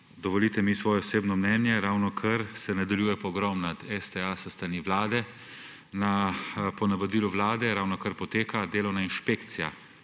dovolite mi svoje osebno mnenje, ravnokar se nadaljuje pogrom nad STA s strani vlade. Po navodilu vlade ravnokar poteka delovna inšpekcija